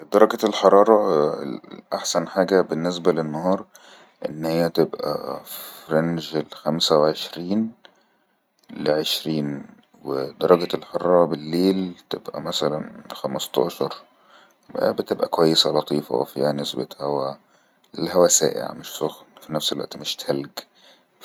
درجة الحرارة احسن حاجة بالنسبة للنهار انها تبقى في رنج الخمسه وعشرين الى عشرين ودرجة الحرارة بالليل تبقى مثلا خمستاشر بيبقى كويسة لطيفة في نسمه هوا الهوا بيبقا سائع مش سخن في نفس الوقت مش تلج